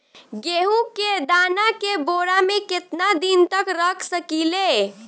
गेहूं के दाना के बोरा में केतना दिन तक रख सकिले?